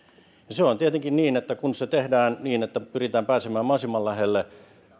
on tietenkin niin että kun se tehdään niin että pyritään pääsemään mahdollisimman lähelle